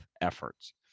efforts